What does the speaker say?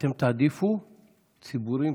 אתם תעדיפו ציבורים,